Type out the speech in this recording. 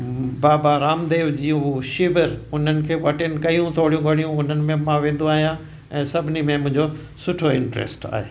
बाबा रामदेव जूं शिविर उन्हनि खे बि अटैन कई थोरी घणियूं हुननि में बि मां वेंदो आहियां ऐं सभिनी में मुंहिंजो सुठो इंट्रेस्ट आहे